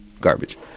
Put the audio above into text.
garbage